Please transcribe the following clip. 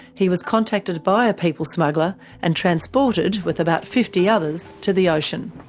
he was contacted by a people smuggler and transported with about fifty others to the ocean.